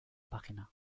página